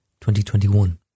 2021